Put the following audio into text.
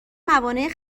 موانع